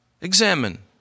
Examine